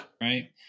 Right